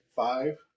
Five